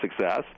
success